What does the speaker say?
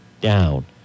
down